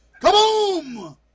Kaboom